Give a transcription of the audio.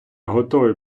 готовий